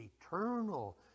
eternal